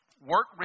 work